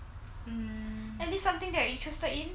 at least something that you're interested in